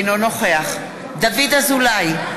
אינו נוכח דוד אזולאי,